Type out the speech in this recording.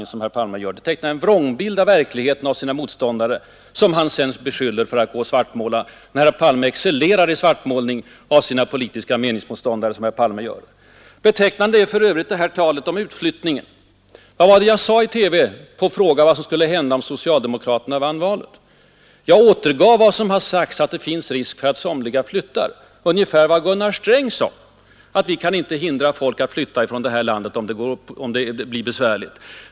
Han 4 juni 1973 tecknar en vrångbild av verkligheten och av sina motståndare, som han - Den ekonomiska sedan beskyller för att svartmåla. Herr Palme excellerar ju i svartmålning Pe politiken m.m. av sina politiska meningsmotståndare. Betecknande är ju för övrigt hans tal om utflyttning. Vad var det jag svarade i TV på en fråga om vad som skulle hända om socialdemokra terna vann valet? Jag återgav det som sagts, nämligen att det finns risk för att somliga flyttar. Det är ungefär vad Gunnar Sträng sade redan 1969, att vi inte kan hindra att folk flyttar från detta land om det blir besvärligt.